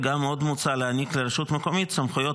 עוד מוצע להעניק לרשות המקומית סמכויות